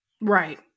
Right